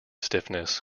stiffness